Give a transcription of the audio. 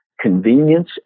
convenience